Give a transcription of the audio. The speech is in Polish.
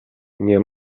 nie